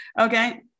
Okay